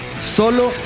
Solo